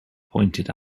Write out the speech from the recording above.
pointed